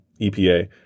EPA